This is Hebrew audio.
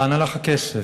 לאן הלך הכסף?